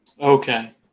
Okay